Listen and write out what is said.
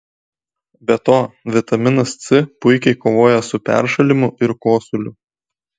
be to vitaminas c puikiai kovoja su peršalimu ir kosuliu